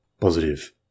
Positive